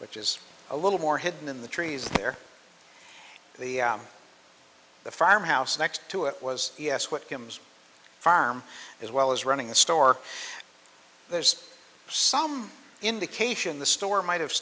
which is a little more hidden in the trees there the the farmhouse next to it was yes what kim's farm as well as running a store there's some indication the store might have